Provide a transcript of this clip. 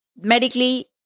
Medically